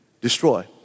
destroy